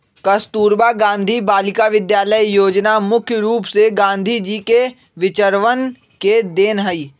कस्तूरबा गांधी बालिका विद्यालय योजना मुख्य रूप से गांधी जी के विचरवन के देन हई